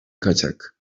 kaçak